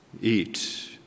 eat